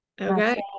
Okay